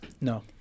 No